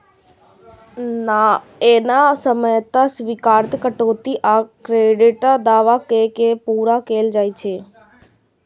एना सामान्यतः स्वीकार्य कटौती आ क्रेडिटक दावा कैर के पूरा कैल जाइ छै